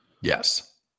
Yes